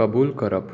कबूल करप